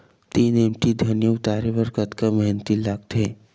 तीन एम.टी धनिया उतारे बर कतका मेहनती लागथे?